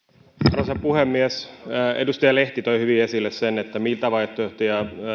arvoisa puhemies edustaja lehti toi hyvin esille sen mitä vaihtoehtoja